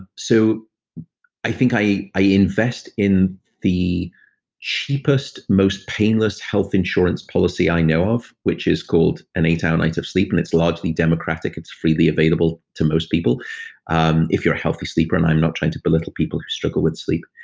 so i think i i invest in the cheapest most painless health insurance policy i know of, which is called an eight-hour night of sleep, and it's largely democratic. it's freely available to most people um if you're a healthy sleeper. and i'm not trying to belittle people who struggle with sleep.